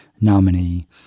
nominee